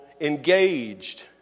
engaged